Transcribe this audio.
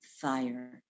fire